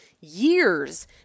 years